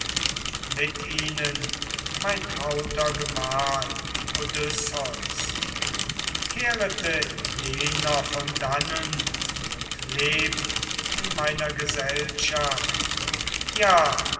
mit ihnen mein trauter gemahl odysseus kehrete jener von dannen und lebt in meiner gesellschaft ja